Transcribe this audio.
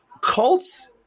cults